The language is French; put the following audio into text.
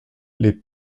les